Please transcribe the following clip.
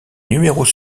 numéros